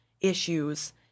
issues